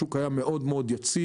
השוק היה מאוד מאוד יציב,